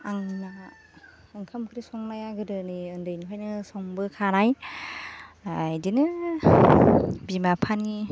आंना ओंखाम ओंख्रि संनाया गोदोनि ओन्दैनिफ्रायनो संबो खानाय बिदिनो बिमा बिफानि